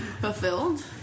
Fulfilled